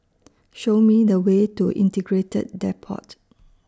Show Me The Way to Integrated Depot